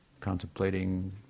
Contemplating